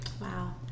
Wow